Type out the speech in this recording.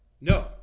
No